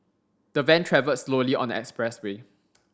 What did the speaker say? the van travelled slowly on the expressway